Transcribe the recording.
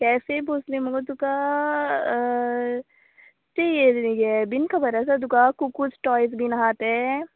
cafe Bhosle मुगो तुका ती एल हें बीन खबर आसा तुका कुकूज टॉयज बीन आहा तें